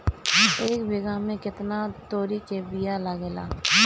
एक बिगहा में केतना तोरी के बिया लागेला?